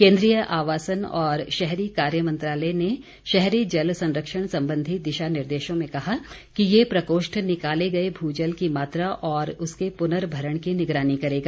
केन्द्रीय आवासन और शहरी कार्य मंत्रालय ने शहरी जल संरक्षण संबंधी दिशा निर्देशों में कहा कि यह प्रकोष्ठ निकाले गए भू जल की मात्रा और उसके पुनरभरण की निगरानी करेगा